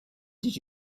did